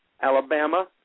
Alabama